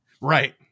right